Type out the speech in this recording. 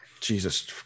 Jesus